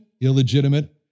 illegitimate